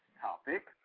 topic